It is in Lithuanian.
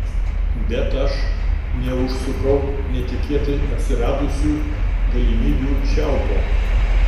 bet aš neužsukau netikėtai atsiradusių galimybių čiaupo